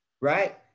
right